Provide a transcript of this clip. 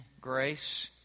grace